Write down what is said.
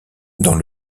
dans